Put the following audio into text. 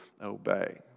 obey